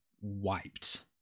wiped